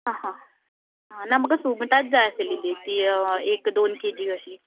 आं हां ना म्हाका सुंगटांच जाय आसलेलीं तीं एक दोन केजी कशीं